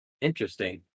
interesting